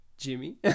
jimmy